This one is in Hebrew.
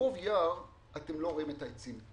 מרוב יער אתם לא רואים את העצים,